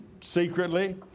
secretly